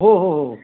हो हो हो हो